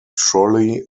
trolley